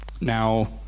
Now